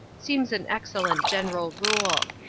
seems an excellent general rule.